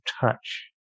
touch